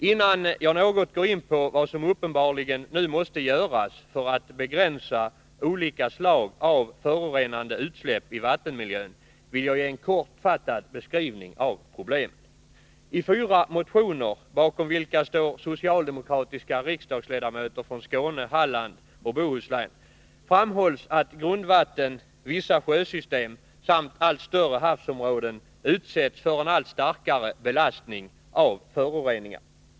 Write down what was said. Innan jag något går in på vad som uppenbarligen nu måste göras för att begränsa olika slag av förorenande utsläpp i vattenmiljön vill jag ge en kortfattad beskrivning av problemen. I fyra motioner, bakom vilka står socialdemokratiska riksdagsledamöter från Skåne, Halland och Bohuslän, framhålls att grundvatten, vissa sjösystem samt allt större havsområden utsätts för en allt starkare belastning av föroreningar.